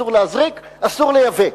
אסור להזריק ואסור לייבא.